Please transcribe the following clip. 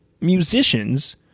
musicians